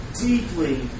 deeply